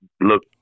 look